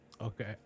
Okay